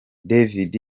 david